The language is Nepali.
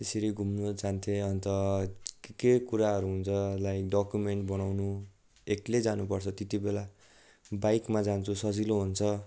यसरी घुम्नु जान्थेँ अन्त के के कुराहरू हुन्छ लाइ डकोमेन्ट बनाउनु एक्लै जानुपर्छ त्यत्ति बेला बाइकमा जान्छु सजिलो हुन्छ